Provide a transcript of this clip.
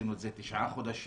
עשינו את זה תשעה חודשים.